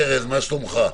שלום ארז, מה שלומך?